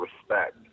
respect